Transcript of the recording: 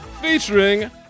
featuring